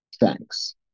Thanks